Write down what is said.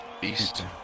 Beast